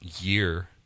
year